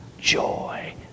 joy